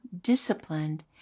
disciplined